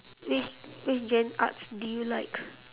which which gen~ arts do you like